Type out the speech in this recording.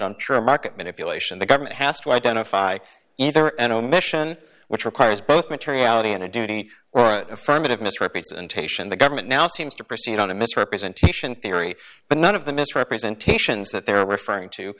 true market manipulation the government has to identify either an omission which requires both materiality and a duty or a affirmative misrepresentation the government now seems to proceed on the misrepresentation theory but none of the misrepresentations that there referring to